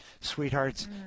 sweethearts